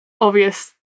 obvious